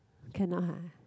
cannot [huh]